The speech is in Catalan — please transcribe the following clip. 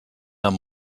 amb